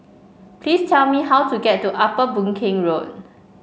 please tell me how to get to Upper Boon Keng Road